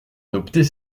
adopter